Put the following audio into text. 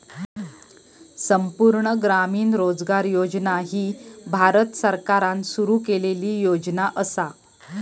संपूर्ण ग्रामीण रोजगार योजना ही भारत सरकारान सुरू केलेली योजना असा